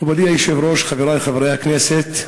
מכובדי היושב-ראש, חברי חברי הכנסת,